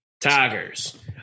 Tigers